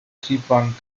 triebwagen